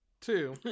two